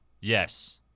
yes